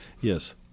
Yes